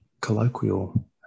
colloquial